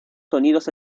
sonidos